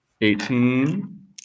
eighteen